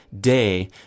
day